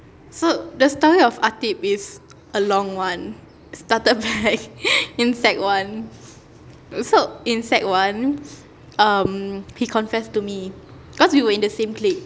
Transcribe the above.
so the story of ateeb is a long one started back in sec one so in sec one um he confessed to me cause we were in the same clique